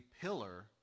pillar